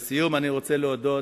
לסיום, אני רוצה להודות,